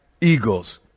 eagles